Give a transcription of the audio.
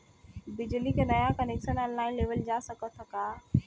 बिजली क नया कनेक्शन ऑनलाइन लेवल जा सकत ह का?